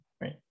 right